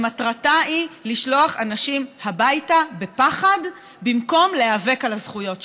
שמטרתה לשלוח אנשים הביתה בפחד במקום להיאבק על הזכויות שלהם.